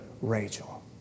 Rachel